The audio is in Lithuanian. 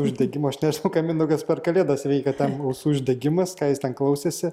uždegimo aš nežinau ką mindaugas per kalėdas veikė ausų uždegimas tai jis ten klausėsi